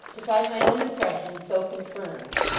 to find my own impression so confirmed.